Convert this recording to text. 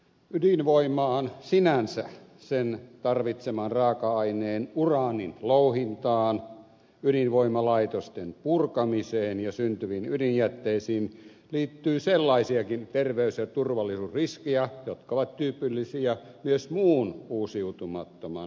ydinvoimaan sinänsä sen tarvitseman raaka aineen uraanin louhintaan ydinvoimalaitosten purkamiseen ja syntyviin ydinjätteisiin liittyy sellaisiakin terveys ja turvallisuusriskejä jotka ovat tyypillisiä myös muun uusiutumattoman energian tuotannolle